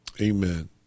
Amen